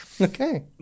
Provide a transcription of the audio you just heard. Okay